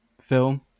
film